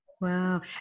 Wow